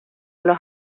los